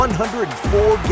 104